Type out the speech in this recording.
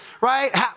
right